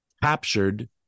Captured